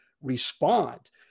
respond